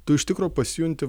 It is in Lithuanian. tu iš tikro pasijunti